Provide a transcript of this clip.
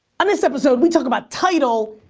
on this episode we talk about tidal,